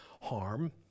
harm